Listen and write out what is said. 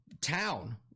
town